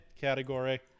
category